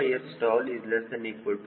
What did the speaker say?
22525251